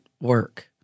work